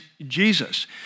Jesus